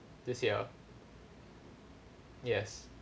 this year yes